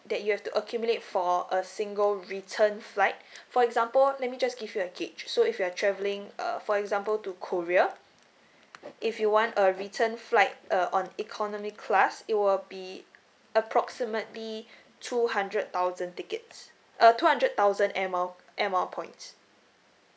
that you have to accumulate for a single return flight for example let me just give you a gage so if you are travelling uh for example to korea if you want a return flight uh on economy class it will be approximately two hundred thousand tickets uh two hundred thousand air mile air mile points